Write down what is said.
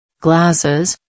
Glasses